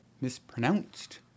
mispronounced